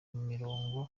imirongo